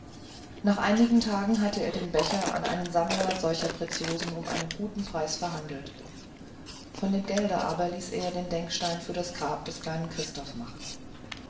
nach einigen tagen hatte er den becher an einen sammler solcher pretiosen um einen guten preis verhandelt von dem geld aber ließ er den denkstein für das grab des kleinen christoph machen